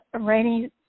rainy